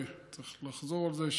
וצריך לחזור על זה,